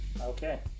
Okay